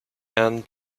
and